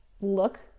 look